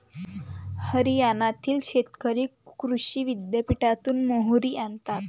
हरियाणातील शेतकरी कृषी विद्यापीठातून मोहरी आणतात